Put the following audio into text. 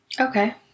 Okay